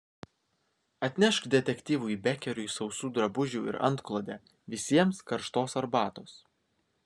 atnešk detektyvui bekeriui sausų drabužių ir antklodę visiems karštos arbatos